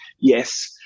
yes